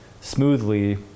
smoothly